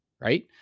right